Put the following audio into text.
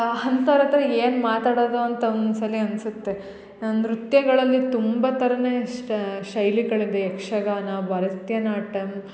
ಅಂಥವ್ರು ಹತ್ತಿರ ಏನು ಮಾತಾಡೋದು ಅಂತ ಒಂದ್ಸಲಿ ಅನ್ಸತ್ತೆ ನೃತ್ಯಗಳಲ್ಲಿ ತುಂಬ ಥರ ಇಷ್ಟ ಶೈಲಿಗಳದೆ ಯಕ್ಷಗಾನ ಭರತನಾಟ್ಯಮ್